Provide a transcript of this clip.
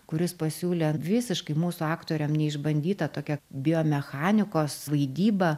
kuris pasiūlė visiškai mūsų aktoriam neišbandytą tokią biomechanikos vaidybą